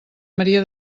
maria